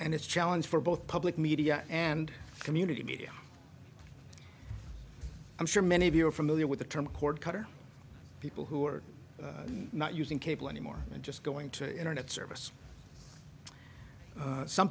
and it's challenge for both public media and community media i'm sure many of you are familiar with the term cord cutter people who are not using cable anymore and just going to internet service some